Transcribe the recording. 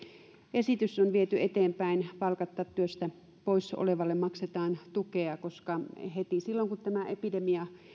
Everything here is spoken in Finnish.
esitys on viety eteenpäin että palkatta työstä poissa olevalle maksetaan tukea koska heti silloin kun tämä epidemia